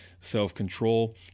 self-control